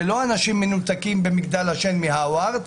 זה לא אנשים מנותקים ממגדל השן בהרווארד,